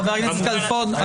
חבר הכנסת כלפון.